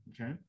okay